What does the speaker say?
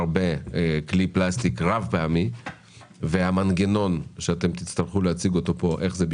בכלי פלסטיק רב פעמי והמנגנון שאתם תצטרכו להציג כאן.